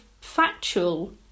factual